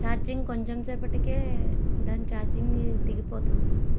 charging కొంచెం సేపటికే దాని ఛార్జింగ్ దిగిపోతుంది